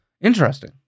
Interesting